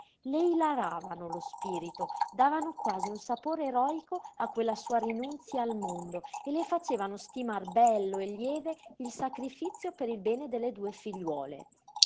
le ilaravano lo spirito davano quasi un sapore eroico a quella sua rinunzia al mondo e le facevano stimar bello e lieve il sacrifizio per il bene delle due figliuole